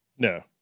No